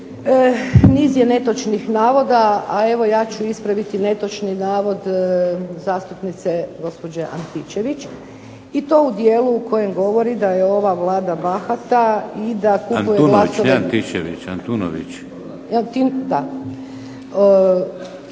Niz je netočnih navoda a ja ću ispraviti netočni navod zastupnice gospođe Antičević i to u dijelu koji govori da je ova Vlada bahata i.../Upadica